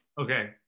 Okay